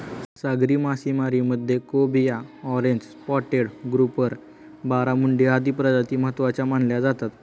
सागरी मासेमारीमध्ये cobia, orange spotted grouper, barramundi आदी प्रजाती महत्त्वाच्या मानल्या जातात